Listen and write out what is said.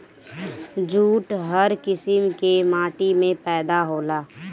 jute हर किसिम के माटी में पैदा होला